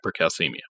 hypercalcemia